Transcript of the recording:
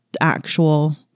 actual